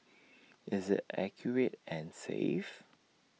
is IT accurate and safe